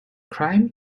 crime